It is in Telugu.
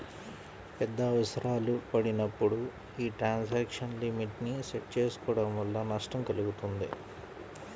పెద్ద అవసరాలు పడినప్పుడు యీ ట్రాన్సాక్షన్ లిమిట్ ని సెట్ చేసుకోడం వల్ల నష్టం కల్గుతుంది